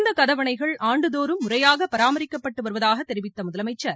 இந்த கதவணைகள் ஆண்டுதோறும் முறையாக பராமரிக்கப்பட்டு வருவதாக தெரிவித்த முதலமைச்சர்